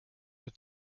with